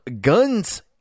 Guns